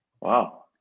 Wow